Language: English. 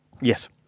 Yes